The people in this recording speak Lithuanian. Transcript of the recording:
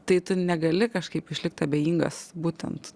tai tu negali kažkaip išlikt abejingas būtent